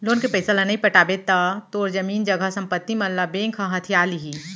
loan के पइसा ल नइ पटाबे त तोर जमीन जघा संपत्ति मन ल बेंक ह हथिया लिही